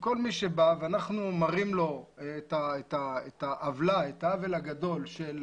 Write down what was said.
כל מי שבא ואנחנו מראים לו את העוול הגדול של